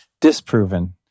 disproven